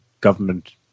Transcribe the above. government